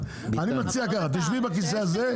אני מציע ככה תשבי בכיסא הזה,